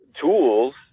tools